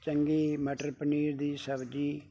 ਚੰਗੀ ਮਟਰ ਪਨੀਰ ਦੀ ਸਬਜ਼ੀ